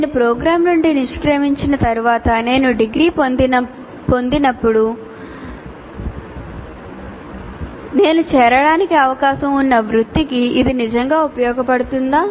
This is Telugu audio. నేను ప్రోగ్రామ్ నుండి నిష్క్రమించిన తరువాత నేను డిగ్రీ పొందినప్పుడు నేను చేరడానికి అవకాశం ఉన్న వృత్తికి ఇది నిజంగా ఉపయోగపడుతుందా